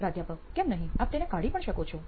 પ્રાધ્યાપક કેમ નહીં આપ તેને કાઢી પણ શકો છો